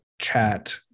chat